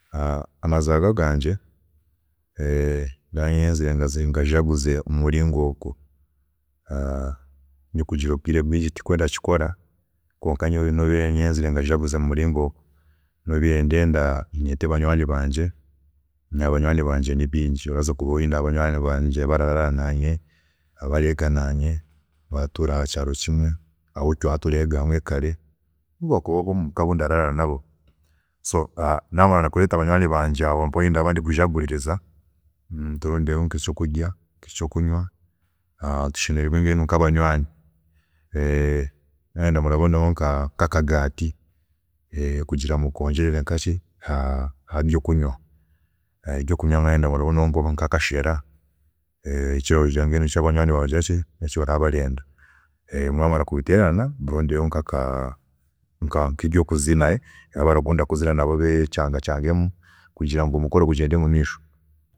Amazaarwa gangye ndaba nyenzire ngajaguze mumuringo ogu, nikugira obwire obwingi tikwe ndakikora kwonka nyowe nobiire ndenda ngajaguze mumuringo ogu, nobiire ndenda nyete banywaani bangye, nyine abanywaani bangye nibingi, ndabaasa kuba nyine banywaani bangye abararaara naye, abareega nanye abaratuura hakyaaro kimwe, abu twabiire tureega hamwe kare, nobu bokuba abomuka abu ndatuura nabo, so namara kureeta banywaani bangye aho ahu ndaba ndi kujaguriza, turondeho nkekyokurya, nkekyokunywa tushemererwe mbwenu nkabanywaani, mwayenda muraboneraho nka- nkakagaati kugira ngu mwongyereho habyokunywaho kandi ebyokunywaho mwayenda murabonaho nkakashera, kirarugiirira mbwenu eki banywaani baawe baraba barenda. Reero mwamara kubiteerana, murondeyo nkebyokuzina abarakunda kuzina nabo becangacangemu kugira ngu omukoro gugyende mumaisho.